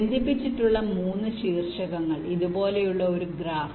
ബന്ധിപ്പിച്ചിട്ടുള്ള ഒരു 3 വെർട്ടിസസ് ഇതുപോലുള്ള ഒരു ഗ്രാഫ്